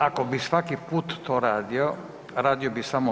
Ako bi svaki put to radio, radio bi samo to.